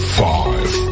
five